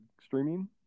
streaming